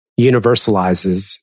universalizes